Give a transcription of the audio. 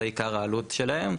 זה עיקר העלות שלהם.